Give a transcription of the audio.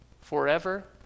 forever